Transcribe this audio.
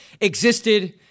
existed